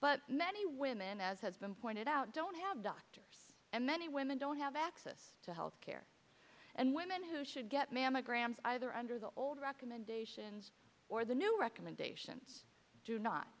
but many women as has been pointed out don't have doctors and many women don't have access to health care and women who should get mammograms either under the old recommendations or the new recommendations do not